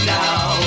now